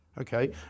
Okay